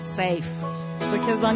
safe